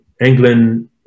England